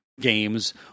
games